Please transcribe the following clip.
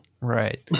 Right